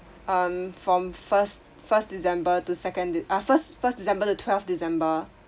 um from first first december to second de~ uh first first december to twelveth december